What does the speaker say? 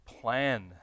plan